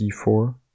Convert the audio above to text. c4